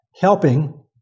helping